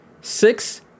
six